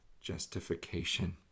justification